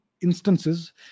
instances